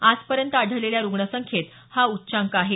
आजपर्यंत आढळलेल्या रुग्ण संख्येत हा उच्चांक आहे